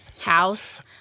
house